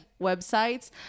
websites